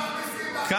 הבריטי.